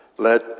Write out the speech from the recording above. Let